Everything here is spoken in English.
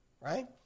right